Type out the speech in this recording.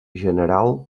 general